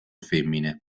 femmine